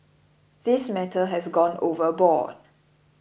this matter has gone overboard